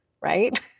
right